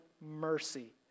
mercy